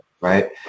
right